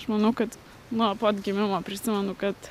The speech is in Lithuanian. aš manau kad nuo pat gimimo prisimenu kad